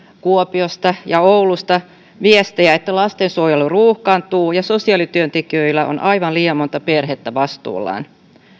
kuopiosta ja oulusta viestejä että lastensuojelu ruuhkaantuu ja sosiaalityöntekijöillä on aivan liian monta perhettä vastuullaan